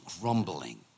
grumbling